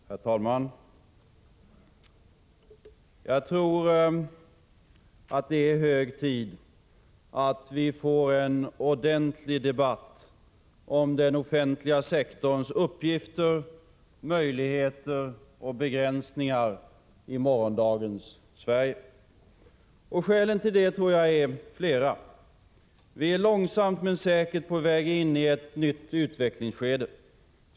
Herr talman! Jag tror att det är hög tid att vi får en ordentlig debatt om den offentliga sektorns uppgifter, möjligheter och begränsningar i morgondagens Sverige. Skälen till detta tror jag är flera. Vi är långsamt men säkert på väg in i ett nytt utvecklingsskede.